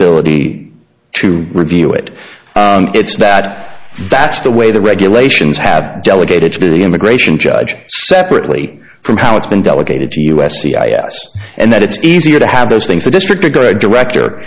ability to review it it's that that's the way the regulations have delegated to the immigration judge separately from how it's been delegated to us c i s and that it's easier to have those things the district a good director